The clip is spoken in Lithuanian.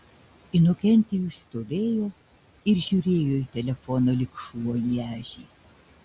inokentijus stovėjo ir žiūrėjo į telefoną lyg šuo į ežį